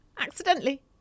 Accidentally